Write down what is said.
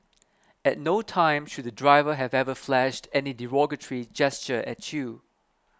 at no time should the driver have ever flashed any derogatory gesture at you